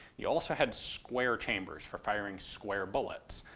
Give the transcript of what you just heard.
you also had square chambers for firing square bullets.